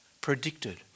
predicted